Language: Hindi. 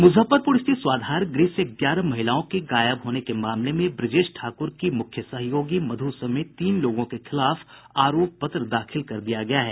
मुजफ्फरपुर स्थित स्वाधार गृह से ग्यारह महिलाओं के गायब होने के मामले में ब्रजेश ठाकुर की मुख्य सहयोगी मधु समेत तीन लोगों के खिलाफ आरोप पत्र दाखिल कर दिया गया है